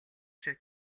шив